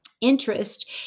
interest